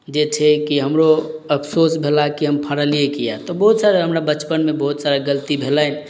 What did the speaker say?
जे छै कि हमरो अफसोस भेला कि हम फड़लियै किआ तऽ बहुत सारा हमरा बचपनमे बहुत सारा गलती भेलनि